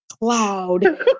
cloud